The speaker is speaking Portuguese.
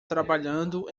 trabalhando